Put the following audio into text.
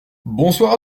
bonsoir